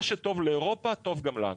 מה שטוב לאירופה טוב גם לנו.